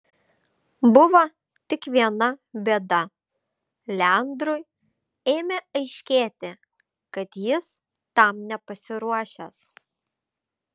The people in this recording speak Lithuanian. buvo tik viena bėda leandrui ėmė aiškėti kad jis tam nepasiruošęs